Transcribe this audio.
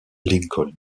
lincoln